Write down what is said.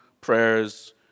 prayers